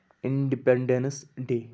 independence day